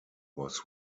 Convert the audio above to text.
was